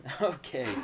Okay